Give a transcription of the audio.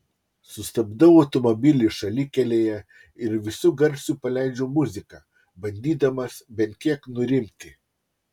sustabdau automobilį šalikelėje ir visu garsu paleidžiu muziką bandydamas bent kiek nurimti